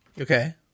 okay